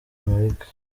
amerika